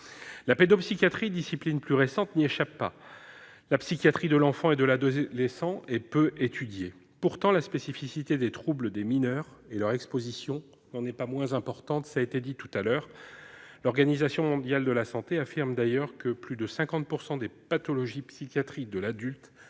La pédopsychiatrie, discipline plus récente, n'y échappe pas. La psychiatrie de l'enfant et de l'adolescent est peu étudiée, alors que la spécificité et l'incidence des troubles des mineurs sont importantes. L'Organisation mondiale de la santé affirme d'ailleurs que plus de 50 % des pathologies psychiatriques de l'adulte